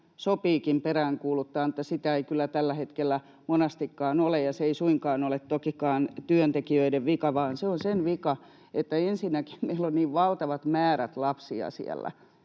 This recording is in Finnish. sopiikin peräänkuuluttaa, mutta sitä ei kyllä tällä hetkellä monastikaan ole, ja se ei suinkaan toki ole työntekijöiden vika, vaan se on sen vika, että ensinnäkin meillä on niin valtavat määrät lapsia siellä,